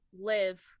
live